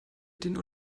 den